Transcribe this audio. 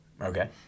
Okay